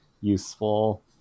useful